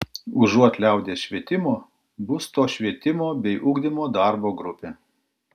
užuot liaudies švietimo bus to švietimo bei ugdymo darbo grupė